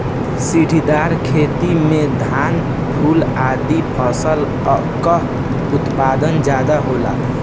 सीढ़ीदार खेती में धान, फूल आदि फसल कअ उत्पादन ज्यादा होला